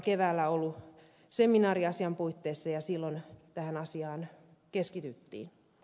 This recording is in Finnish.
keväällä on ollut seminaari asian puitteissa ja silloin tähän asiaan keskityttiin